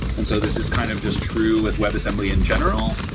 and so this is kind of just true with webassembly in general,